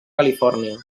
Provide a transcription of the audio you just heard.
califòrnia